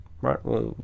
right